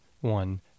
one